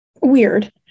weird